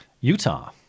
Utah